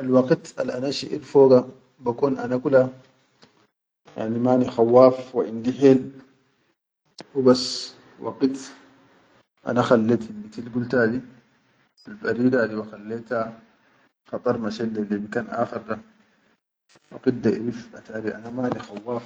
Al waqit al ana shiʼit foga be kon ana kula yani mani khauwaf haw indi hel hubas waqit ana hallet hillti gulta di, al barida di ba halleta khadar mashet le bikan akhar da waqit da ʼerif atariana mani khauwaf